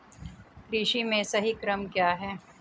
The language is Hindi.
कृषि में सही क्रम क्या है?